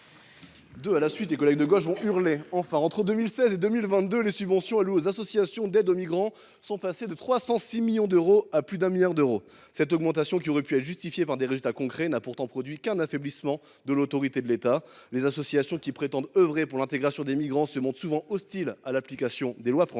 : La parole est à M. Joshua Hochart. Entre 2016 et 2022, les subventions allouées aux associations d’aide aux migrants sont passées de 306 millions d’euros à plus de 1 milliard d’euros. Cette augmentation, qui aurait pu être justifiée par des résultats concrets, n’a pourtant produit qu’un affaiblissement de l’autorité de l’État. Les associations qui prétendent œuvrer pour l’intégration des migrants se montrent souvent hostiles à l’application des lois françaises.